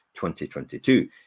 2022